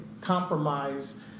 compromise